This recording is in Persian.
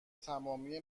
تمامی